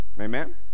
amen